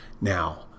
Now